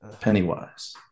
Pennywise